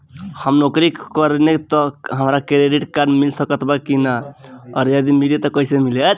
हम नौकरी करेनी त का हमरा क्रेडिट कार्ड मिल सकत बा की न और यदि मिली त कैसे मिली?